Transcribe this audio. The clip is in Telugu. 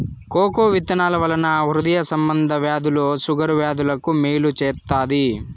కోకో విత్తనాల వలన హృదయ సంబంధ వ్యాధులు షుగర్ వ్యాధులకు మేలు చేత్తాది